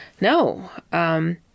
no